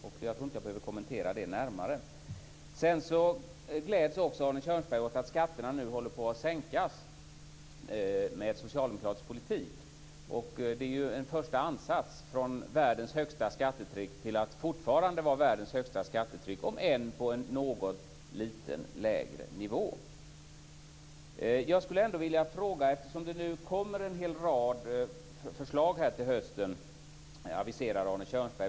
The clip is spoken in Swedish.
Jag tror inte att jag behöver kommentera det närmare. Arne Kjörnsberg gläds också åt att skatterna nu håller på att sänkas med socialdemokratisk politik. Det är ju en första ansats från världens högsta skattetryck till att fortfarande vara världens högsta skattetryck om än på en något lite lägre nivå. Jag skulle ändå vilja ställa en fråga, eftersom det nu av Arne Kjörnsberg aviseras en hel rad förslag till hösten.